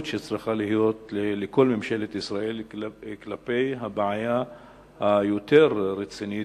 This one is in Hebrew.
שצריכה להיות לכל ממשלת ישראל כלפי הבעיה היותר הרצינית,